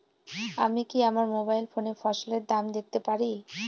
আমি কি আমার মোবাইল ফোনে ফসলের দাম দেখতে পারি?